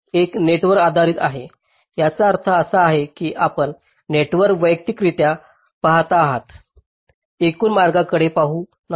एक नेटवर आधारित आहे याचा अर्थ असा की आपण नेटवर वैयक्तिकरित्या पहात आहात एकूण मार्गांकडे पाहू नका